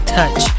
touch